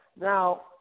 Now